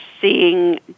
seeing